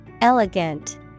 Elegant